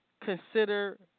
consider